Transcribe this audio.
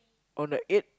on the eighth